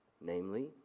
namely